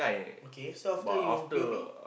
okay so after you P_O_P